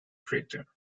crater